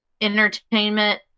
entertainment